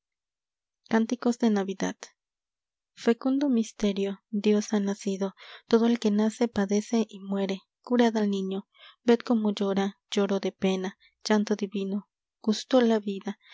cántico de navida r ecundo misterio dios ha nacido todo el que nace padece y muere curad a niño ved como llora lloro de pena llanto divino gustó la vida